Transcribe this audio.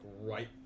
right